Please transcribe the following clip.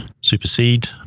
supersede